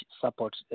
support